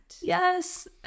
Yes